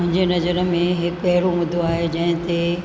मुंहिंजे नज़र में हिकु अहिड़ो मुदो आहे जंहिं ते